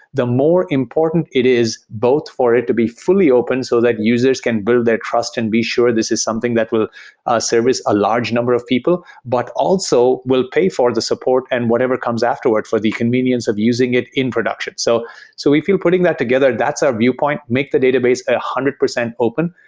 the more important it is both for it to be fully open so that users can build their trust and be sure this is something that will service a large number of people, but also will pay for the support and whatever comes afterward for the convenience of using it in production. so so if you're putting that together, that's our viewpoint. make the database one hundred percent open,